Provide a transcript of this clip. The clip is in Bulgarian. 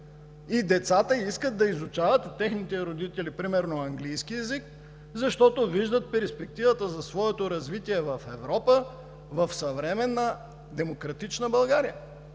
родители искат да изучават примерно английски език, защото виждат перспективата за своето развитие в Европа, в съвременна демократична България.